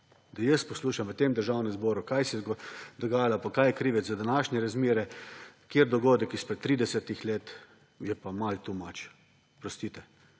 Da jaz poslušam v tem državnem zboru, kaj se je dogajalo, pa kaj je krivec za današnje razmere, kateri dogodek izpred tridesetih let, je pa malo too much. Oprostite.